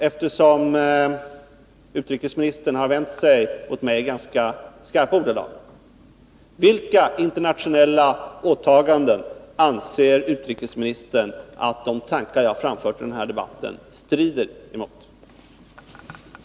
Eftersom utrikesministern har vänt sig mot mig i skarpa ordalag upprepar jag frågan: Vilka internationella åtaganden strider de tankar som jag har framfört under denna debatt emot enligt utrikesministerns uppfattning?